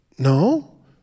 No